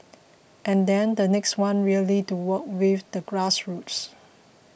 and then the next one really to work with the grassroots